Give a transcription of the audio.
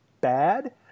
bad